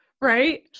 Right